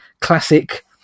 classic